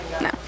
No